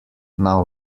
now